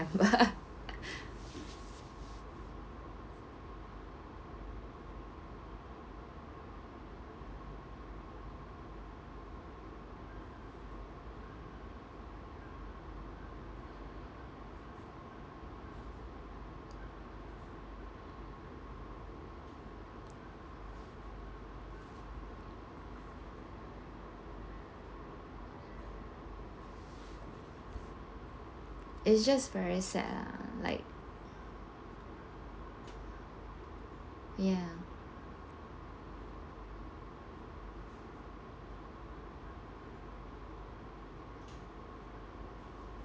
it's just very sad like ya